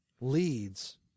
leads